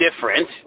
different